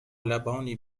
لبانی